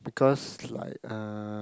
because like uh